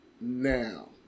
now